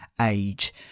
age